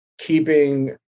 keeping